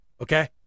okay